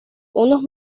unos